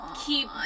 keep